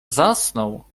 zasnął